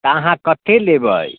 तऽ अहाँ कत्ते लेबै